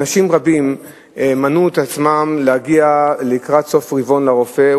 אנשים רבים נמנעו מלהגיע לקראת סוף רבעון לרופא.